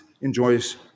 enjoys